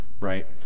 right